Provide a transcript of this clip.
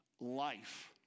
life